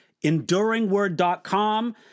enduringword.com